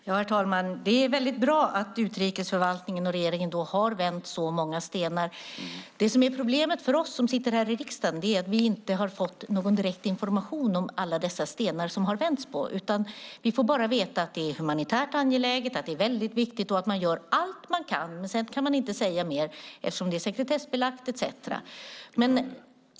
Herr talman! Det är bra att utrikesförvaltningen och regeringen har vänt så många stenar. Det som är problemet för oss som sitter i riksdagen är att vi inte har fått någon direkt information om alla dessa stenar som det har vänts på. Vi får bara veta att frågan är humanitärt angelägen, att den är viktig och att man gör allt man kan. Sedan kan man inte säga mer eftersom det är sekretessbelagt etcetera.